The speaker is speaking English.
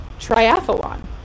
triathlon